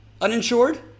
uninsured